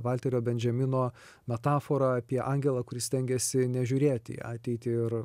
valterio benjamino metaforą apie angelą kuris stengiasi nežiūrėti į ateitį ir